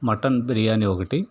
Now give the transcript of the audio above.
mutton biryani ఒకటి